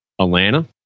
Atlanta